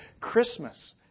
Christmas